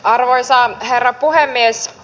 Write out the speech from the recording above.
arvoisa herra puhemies